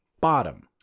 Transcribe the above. bottom